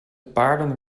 paarden